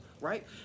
right